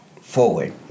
forward